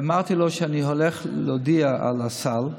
ואמרתי לו שאני הולך להודיע על הסל,